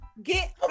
Get